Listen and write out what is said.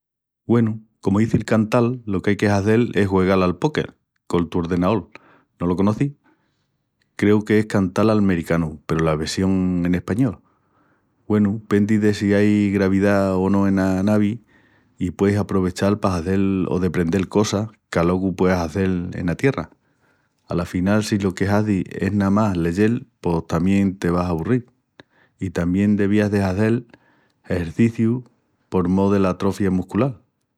Güenu, comu izi'l cantal, lo que'ai de hazel es juegal al poker col tu ordenaol, no lo conocis? Creu qu'es un cantal almericanu peru la vessión en español. Güenu, pendi de si ai gravidá o no ena navi, i pueis aprovechal pa hazel o deprendel cosas que alogu pueas hazel ena tierra. Afinal, si lo que hazis es namás leyel pos tamién te vas a aburril. I tamién devías de hazel exerciciu por mó dela atrofia musculal.